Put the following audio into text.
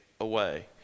away